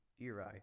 Eri